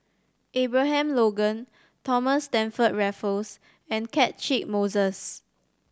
Abraham Logan Thomas Stamford Raffles and Catchick Moses